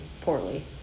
poorly